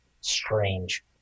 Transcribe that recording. strange